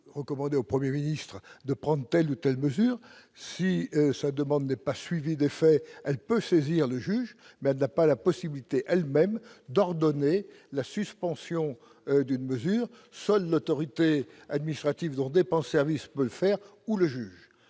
recommander au Premier ministre de prendre telle ou telle mesure. Si sa demande n'est pas suivie d'effet, elle peut saisir le juge, mais elle ne peut elle-même ordonner la suspension d'une opération. Seule l'autorité administrative dont dépend ce service peut le faire ou le juge.